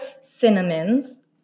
cinnamons